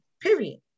period